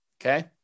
Okay